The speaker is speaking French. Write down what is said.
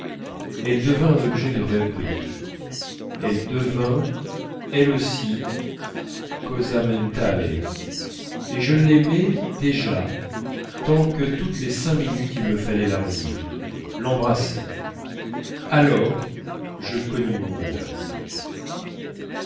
elle devint un objet de rêverie elle devint elle aussi cosa mentale et je l'aimais déjà tant que toutes les cinq minutes il me fallait la relire l'embrasser alors je connus mon bonheur